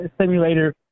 simulator